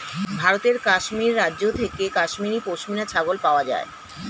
ভারতের কাশ্মীর রাজ্য থেকে কাশ্মীরি পশমিনা ছাগল পাওয়া যায়